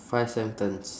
five sentence